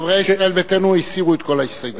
חברי ישראל ביתנו הסירו את כל ההסתייגויות.